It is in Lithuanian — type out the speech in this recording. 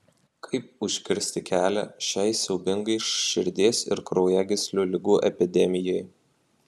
kaip užkirsti kelią šiai siaubingai širdies ir kraujagyslių ligų epidemijai